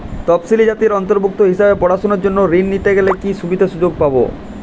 তফসিলি জাতির অন্তর্ভুক্ত হিসাবে পড়াশুনার জন্য ঋণ নিতে গেলে কী কী সুযোগ সুবিধে পাব?